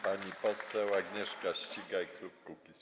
Pani poseł Agnieszka Ścigaj, klub Kukiz’15.